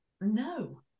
no